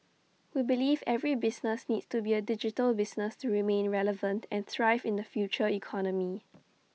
we believe every business needs to be A digital business to remain relevant and thrive in the future economy